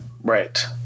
Right